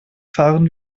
fahren